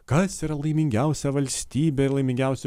kas yra laimingiausia valstybė ir laimingiausi